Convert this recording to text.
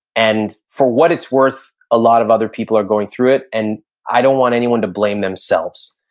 and for what it's worth, a lot of other people are going through it, and i don't want anyone to blame themselves.